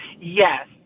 Yes